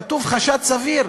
כתוב "חשד סביר",